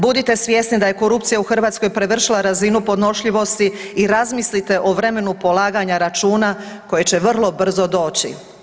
Budite svjesni da je korupcija u Hrvatskoj prevršila razinu podnošljivosti i razmislite o vremenu polaganja računa koje će vrlo brzo doći.